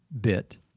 bit